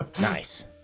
Nice